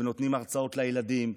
נותנים הרצאות לילדים.